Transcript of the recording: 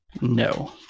No